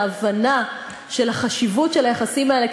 ההבנה של החשיבות של היחסים האלה,